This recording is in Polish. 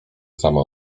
sama